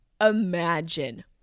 imagine